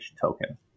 token